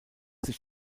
sich